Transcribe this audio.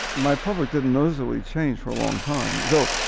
my public didn't noticeably change for a long time, though.